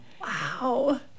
Wow